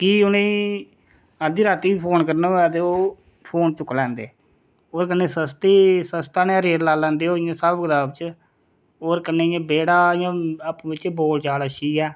की उ'नेंगी अद्धी रातीं बी फोन करना होवे ते ओह् फोन चुक्की लैंदे ओह्दे कन्नै सस्ती सस्ता नेहा रेट लाई लैंदे ओह् इयां स्हाब कताब च होर कन्नै इ'यां बेड़ा इ'यां आपें बिच्चें बोल चाल अच्छी ऐ